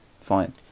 fine